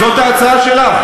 זאת ההצעה שלך?